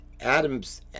Adam's